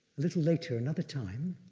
little later, another time,